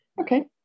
okay